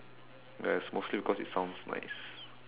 ya it's mostly because it sounds nice